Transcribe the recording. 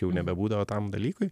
jau nebebūdavo tam dalykui